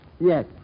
Yes